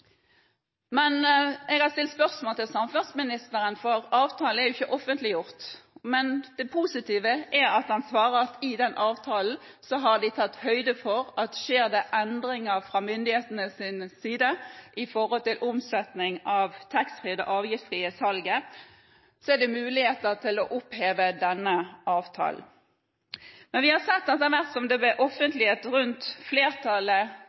Jeg har stilt spørsmål til samferdselsministeren, for avtalen er ikke offentliggjort. Men det positive er at han svarer at man i den avtalen har tatt høyde for at dersom det skjer endringer fra myndighetenes side relatert til omsetning av taxfrie varer, det avgiftsfrie salget, så er det muligheter for å oppheve denne avtalen. Vi har sett at etter hvert som det er blitt offentlig at flertallet